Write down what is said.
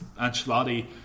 Ancelotti